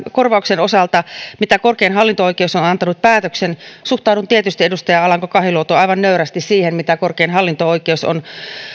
korvauksen osalta mistä korkein hallinto oikeus on antanut päätöksen suhtaudun tietysti edustaja alanko kahiluoto aivan nöyrästi siihen mitä korkein hallinto oikeus on